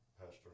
Pastor